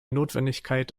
notwendigkeit